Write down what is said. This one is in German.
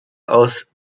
aus